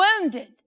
wounded